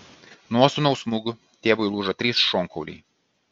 nuo sūnaus smūgių tėvui lūžo trys šonkauliai